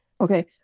Okay